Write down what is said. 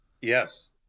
Yes